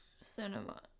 Cinema